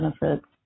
benefits